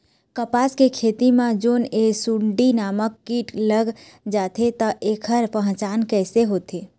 कपास के खेती मा जोन ये सुंडी नामक कीट लग जाथे ता ऐकर पहचान कैसे होथे?